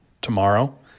tomorrow